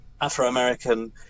Afro-American